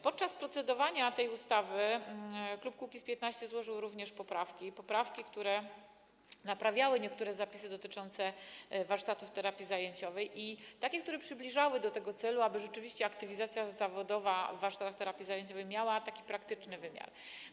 Podczas procedowania tej ustawy klub Kukiz’15 również złożył poprawki, które naprawiały niektóre zapisy dotyczące warsztatów terapii zajęciowej, i takie, które przybliżały do tego celu, aby rzeczywiście aktywizacja zawodowa w warsztatach terapii zajęciowej miała taki praktyczny wymiar.